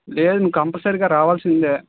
లేదు నువ్వు కంపల్సరిగా రావాల్సిందే